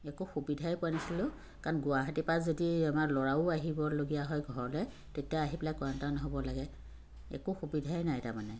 একো সুবিধাই পোৱা নাছিলোঁ কাৰণ গুৱাহাটীৰপৰা যদি আমাৰ ল'ৰাও আহিবলগীয়া হয় ঘৰলৈ তেতিয়া আহি পেলাই কুৱাৰাইণ্টাইন হ'ব লাগে একো সুবিধাই নাই তাৰমানে